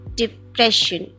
depression